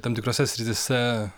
tam tikrose srityse